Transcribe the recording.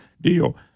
deal